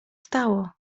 stało